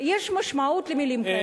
אמר כמה מלים.